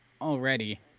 already